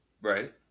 Right